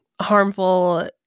harmful